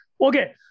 okay